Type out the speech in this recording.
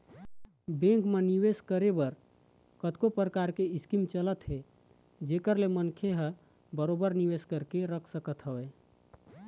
bank म निवेस करे बर कतको परकार के स्कीम चलत हे जेखर ले मनखे ह बरोबर निवेश करके रख सकत हवय